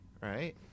Right